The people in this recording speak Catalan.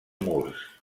murs